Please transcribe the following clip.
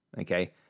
okay